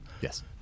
Yes